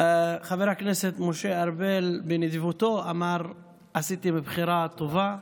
חבר הכנסת משה ארבל בנדיבותו אמר: עשיתם בחירה טובה.